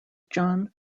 john